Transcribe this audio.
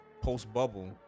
post-bubble